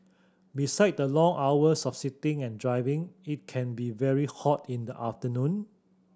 besides the long hours of sitting and driving it can be very hot in the afternoon